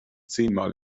zehnmal